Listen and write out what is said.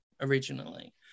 originally